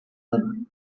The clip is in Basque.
genuen